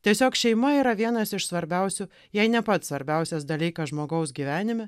tiesiog šeima yra vienas iš svarbiausių jei ne pats svarbiausias dalykas žmogaus gyvenime